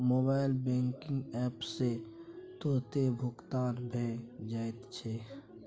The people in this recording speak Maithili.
मोबाइल बैंकिंग एप सँ तुरतें भुगतान भए जाइत छै